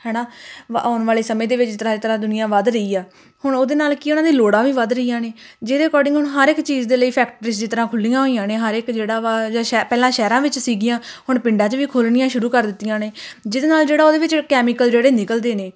ਹੈ ਨਾ ਵਾ ਆਉਣ ਵਾਲੇ ਸਮੇਂ ਦੇ ਵਿੱਚ ਜਿਸ ਤਰ੍ਹਾਂ ਜਿਸ ਤਰ੍ਹਾਂ ਦੁਨੀਆਂ ਵੱਧ ਰਹੀ ਆ ਹੁਣ ਉਹਦੇ ਨਾਲ ਕੀ ਉਹਨਾਂ ਦੀਆਂ ਲੋੜਾਂ ਵੀ ਵੱਧ ਰਹੀਆਂ ਨੇ ਜਿਹਦੇ ਅਕੋਰਡਿੰਗ ਹੁਣ ਹਰ ਇੱਕ ਚੀਜ਼ ਦੇ ਲਈ ਫੈਕਟਰੀ ਜਿਸ ਤਰ੍ਹਾਂ ਖੁੱਲੀਆਂ ਹੋਈਆਂ ਨੇ ਹਰ ਇੱਕ ਜਿਹੜਾ ਵਾ ਜਾਂ ਸ਼ਹਿ ਪਹਿਲਾਂ ਸ਼ਹਿਰਾਂ ਵਿੱਚ ਸੀਗੀਆਂ ਹੁਣ ਪਿੰਡਾਂ 'ਚ ਵੀ ਖੋਲਣੀਆਂ ਸ਼ੁਰੂ ਕਰ ਦਿੱਤੀਆਂ ਨੇ ਜਿਹਦੇ ਨਾਲ ਜਿਹੜਾ ਉਹਦੇ ਵਿੱਚ ਕੈਮੀਕਲ ਜਿਹੜੇ ਨਿਕਲਦੇ ਨੇ